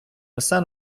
несе